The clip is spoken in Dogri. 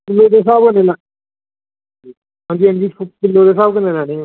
मेरे स्हाब कन्नै किलो दे स्हाब कन्नै लैने हे